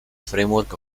framework